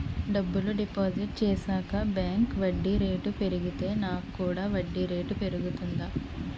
డబ్బులు డిపాజిట్ చేశాక బ్యాంక్ వడ్డీ రేటు పెరిగితే నాకు కూడా వడ్డీ రేటు పెరుగుతుందా?